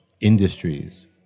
industries